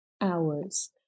hours